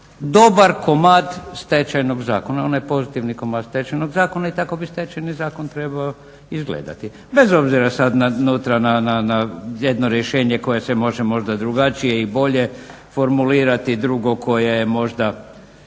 dobar komad stečajnog zakona, onaj pozitivni komad Stečajnog zakona i tako bi Stečajni zakon trebao izgledati bez obzira sad unutra na jedno rješenje koje se može možda drugačije i bolje formulirati, drugo koje je možda